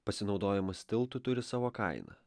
pasinaudojimas tiltu turi savo kainą